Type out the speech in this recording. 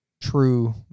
true